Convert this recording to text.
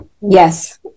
yes